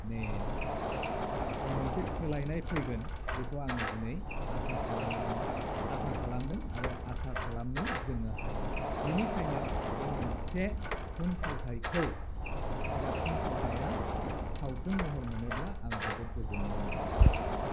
माने मोनसे सोलायनाय फैगोन बेखौ आं दिनै आसा खालामनो आसा खालामदों आरो आसा खालामनो जोङो हायो बिनिखायनो बे मोनसे थुनफावथायखौ एबा थुनफावथाया सावथुन महर मोनोब्ला आं जोबोर गोजोननाय मोनगौ